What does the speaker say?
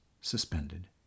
suspended